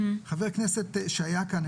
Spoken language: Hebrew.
חה"כ שהיה כאן,